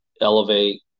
elevate